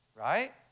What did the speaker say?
right